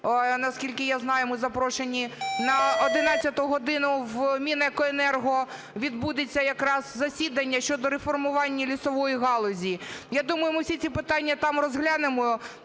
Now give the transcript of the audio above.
наскільки я знаю, ми запрошені на 11 годину в Мінекоенерго, відбудеться якраз засідання щодо реформування лісової галузі. Я думаю, ми всі ці питанням там розглянемо